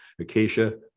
Acacia